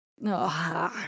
No